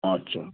अच्छा